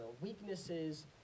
weaknesses